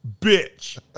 bitch